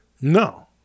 No